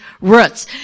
roots